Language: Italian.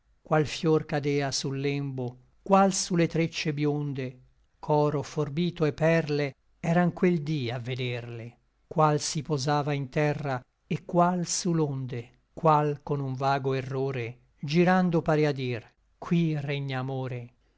qual fior cadea sul lembo qual su le treccie bionde ch'oro forbito et perle eran quel dí a vederle qual si posava in terra et qual su l'onde qual con un vago errore girando parea dir qui regna amore